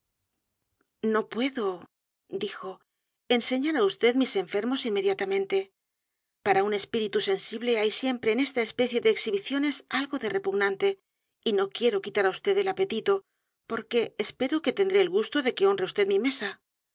no puedo dijo enseñar á vd mis enfermos inmediatamente para un espíritu sensible hay siempre en esta especie de exhibiciones algo de repugnante y no quiero quitar á vd el apetito porque espero que tendré el gusto de que honre vd mi mesa